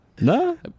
No